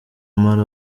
matter